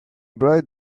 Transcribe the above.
bright